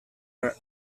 were